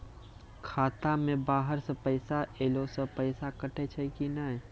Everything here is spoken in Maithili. खाता मे बाहर से पैसा ऐलो से पैसा कटै छै कि नै?